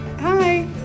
Hi